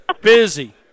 Busy